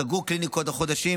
סגרו קליניקות לחודשים,